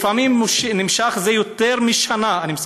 לפעמים זה נמשך יותר שנה, אני מסיים,